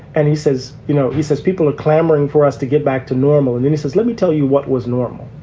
and he says you know he says people are clamoring for us to get back to normal. and then he says, let me tell you what was normal.